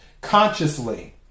Consciously